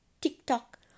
TikTok